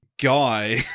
guy